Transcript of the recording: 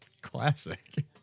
classic